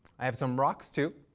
i have some rocks too.